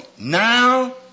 Now